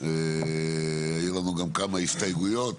גם הסתייגויות מסוימות,